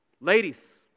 Ladies